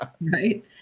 Right